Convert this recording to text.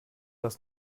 das